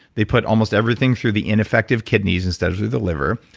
they put almost everything through the ineffective kidneys instead of through the liver,